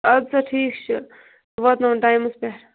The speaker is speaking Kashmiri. اَدٕ سا ٹھیٖک چھُ بہٕ واتناوَن ٹایمَس پٮ۪ٹھ